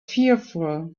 fearful